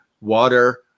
water